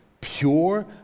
pure